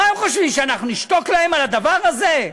מה הם חושבים, שאנחנו נשתוק להם על הדבר הזה?